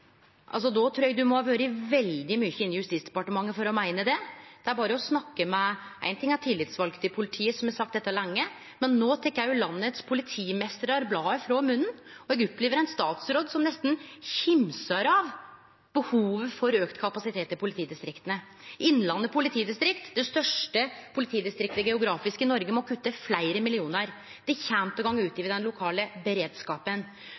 då trur eg ein må ha vore veldig mykje inne i Justisdepartementet, for å meine det. Det er berre å snakke med for det første tillitsvalde i politiet, som har sagt dette lenge, men no tek òg politimeistrane i landet bladet frå munnen. Eg opplever ein statsråd som nesten kimsar av behovet for auka kapasitet i politidistrikta. Innlandet politidistrikt, det største politidistriktet geografisk sett i Noreg, må kutte fleire millionar. Det kjem til å gå ut over den lokale beredskapen.